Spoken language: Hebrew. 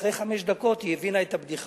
אחרי חמש דקות היא הבינה את הבדיחה.